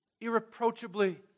Irreproachably